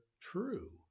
true